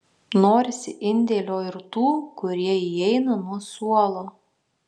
norisi indėlio ir tų kurie įeina nuo suolo